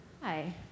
Hi